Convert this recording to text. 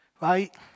right